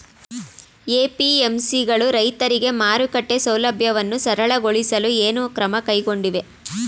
APMC ಗಳು ರೈತರಿಗೆ ಮಾರುಕಟ್ಟೆ ಸೌಲಭ್ಯವನ್ನು ಸರಳಗೊಳಿಸಲು ಏನು ಕ್ರಮ ಕೈಗೊಂಡಿವೆ?